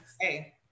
hey